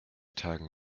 tagen